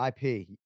IP